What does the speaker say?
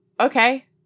okay